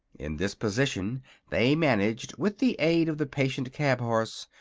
in this position they managed, with the aid of the patient cab-horse,